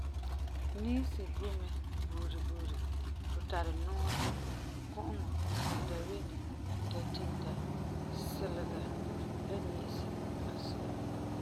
Niisi boi mɛ buuri buuri. Tu tari nua, ku'uŋɔ, dawene, tatinta, silega la niisi asi'a.